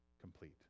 complete